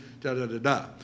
da-da-da-da